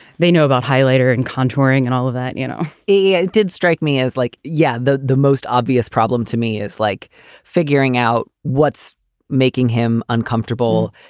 they know about highlighter and contouring and all of that you know, he yeah did strike me as like, yeah. the the most obvious problem to me is like figuring out what's making him uncomfortable,